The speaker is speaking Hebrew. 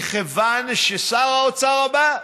מכיוון ששר האוצר הבא,